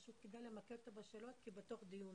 כדאי למקד אותו בשאלות כי הוא עולה בתוך דיון.